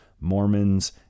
mormons